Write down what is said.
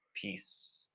peace